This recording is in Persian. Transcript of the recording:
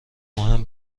مهم